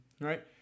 Right